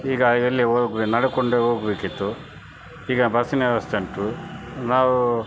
ಈಗ ಎಲ್ಲಿ ಓಗ್ಬೆ ನಡಕೊಂಡೇ ಹೋಗ್ಬೇಕಿತ್ತು ಈಗ ಬಸ್ಸಿನ ವ್ಯವಸ್ಥೆ ಉಂಟು ನಾವು